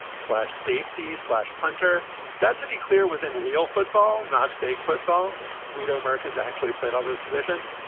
slash safety slash punter that, to be clear, was in real football, not fake football. guido, americans actually played all those positions.